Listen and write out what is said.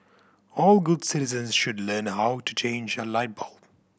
all good citizens should learn how to change a light bulb